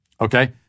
Okay